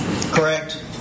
correct